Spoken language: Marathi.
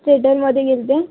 थेटरमध्ये गेले होते